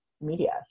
media